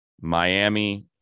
Miami